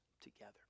together